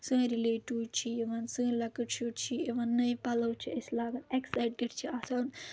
سٲنۍ رِلیٹِو چھِ یِوان سٲنۍ لۄکٕٹۍ شُرۍ چھِ یِوان نٔوۍ پَلَو چھِ أسۍ لاگان ایٚکسایٹِڈ چھِ آسان